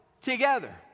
Together